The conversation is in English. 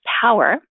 power